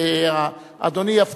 אדוני.